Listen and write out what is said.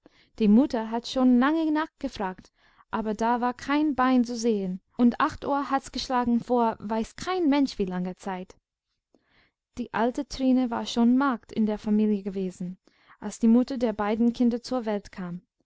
die mutter hat schon lange nachgefragt aber da war kein bein zu sehen und acht uhr hat's geschlagen vor weiß kein mensch wie langer zeit die alte trine war schon magd in der familie gewesen als die mutter der beiden kinder zur welt kam